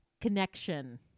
connection